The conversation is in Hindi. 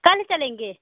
कल चलेंगे